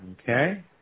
Okay